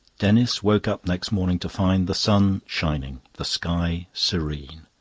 denis woke up next morning to find the sun shining, the sky serene.